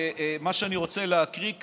מה שאני רוצה להקריא כאן.